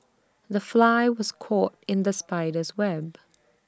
the fly was caught in the spider's web